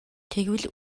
тэгвэл